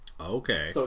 Okay